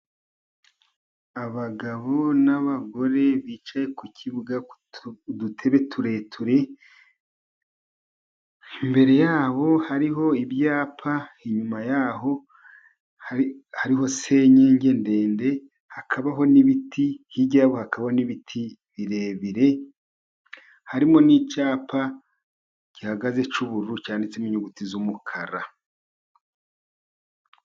Abagabo n'abagore bicaye ku kibuga, udutebe tureture imbere yabo hariho ibyapa, inyuma yaho ariho senyengi ndende, hakabaho n'ibiti, hirya yaho hakaba n'ibiti birebire, harimo n'icyapa gihagaze cy'ubururu cyanditsemo inyuguti z'umukara.